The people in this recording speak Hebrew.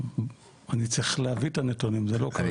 אני צריך להביא את הנתונים, זה לא כאן.